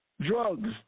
drugs